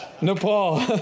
Nepal